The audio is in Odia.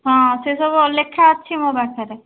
ହଁ ସେସବୁ ଲେଖା ଅଛି ମୋ ପାଖରେ